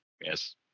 Yes